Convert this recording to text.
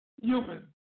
human